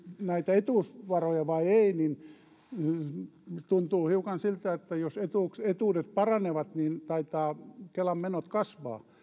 näitä etuusvaroja vai ei tuntuu hiukan siltä että jos etuudet paranevat niin taitavat kelan menot kasvaa